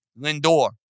Lindor